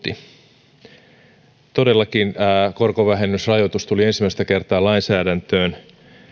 juuri sivuutti todellakin korkovähennysrajoitus tuli ensimmäistä kertaa lainsäädäntöön kun se